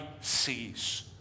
sees